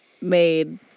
made